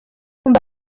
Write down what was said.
umva